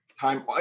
time